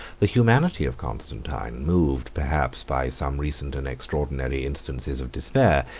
the humanity of constantine moved, perhaps, by some recent and extraordinary instances of despair,